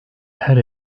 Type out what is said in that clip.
her